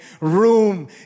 room